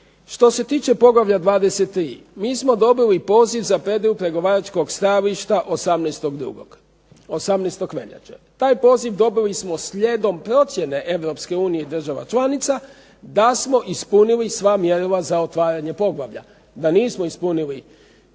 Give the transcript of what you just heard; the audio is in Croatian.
Što se tiče poglavlja 23. mi smo dobili poziv za predaju pregovaračkog stajališta 18.2., 18. veljače, taj poziv dobili smo slijedom procjene Europske unije i država članica da smo ispunili sva mjerila za otvaranje poglavlja. Da nismo ispunili